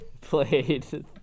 played